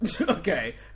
Okay